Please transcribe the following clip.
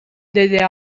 деди